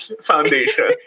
Foundation